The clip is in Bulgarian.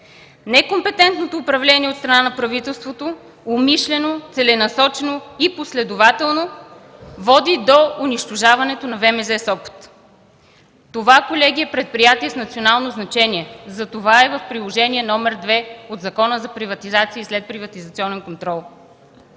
Некомпетентното управление от страна на правителството умишлено, целенасочено и последователно води до унищожаването на ВМЗ – Сопот. Това, колеги, е предприятие с национално значение, затова е в Приложение № 2 от Закона за приватизация и следприватизационен контрол.